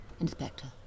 Inspector